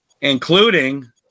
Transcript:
including